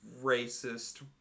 racist